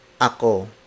Ako